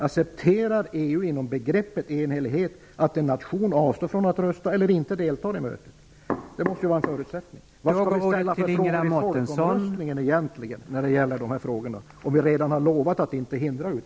Accepterar EU inom begreppet enhällighet att en nation avstår från att rösta eller inte deltar i mötet?